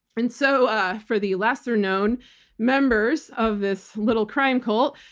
and so ah for the lesser known members of this little crime cult,